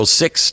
six